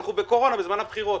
אנחנו בקורונה בזמן הבחירות.